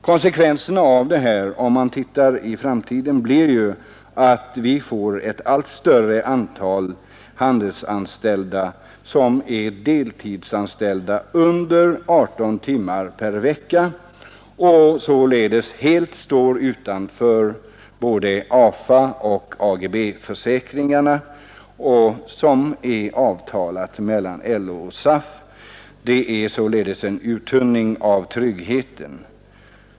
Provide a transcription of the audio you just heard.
Följden blir alltså, om man ser på framtiden, att vi får ett allt större antal handelsanställda som är deltidsarbetande med mindre än 18 timmar per vecka och således står helt utanför både AFA och AGB-försäkringarna, som det har träffats avtal om mellan LO och SAF. Det är således en uttunning av tryggheten.